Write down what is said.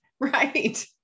right